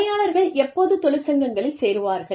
பணியாளர்கள் எப்போது தொழிற்சங்கங்களில் சேருவார்கள்